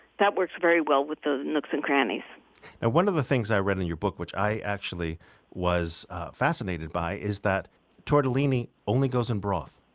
that works very well with those nooks and crannies and one of the things i read in your book, which i actually was fascinated by, is that tortellini only goes in broth